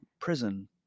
prison